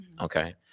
okay